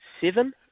seven